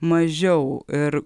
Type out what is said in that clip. mažiau ir